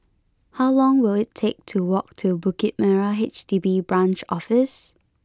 how long will it take to walk to Bukit Merah H D B Branch Office